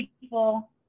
people